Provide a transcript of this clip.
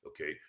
Okay